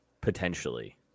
potentially